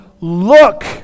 look